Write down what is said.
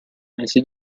mesi